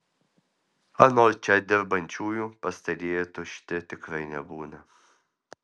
anot čia dirbančiųjų pastarieji tušti tikrai nebūna